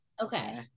okay